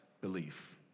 belief